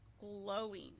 glowing